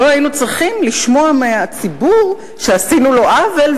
לא היינו צריכים לשמוע מהציבור שעשינו לו עוול,